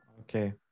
okay